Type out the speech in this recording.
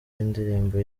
y’indirimbo